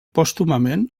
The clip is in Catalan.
pòstumament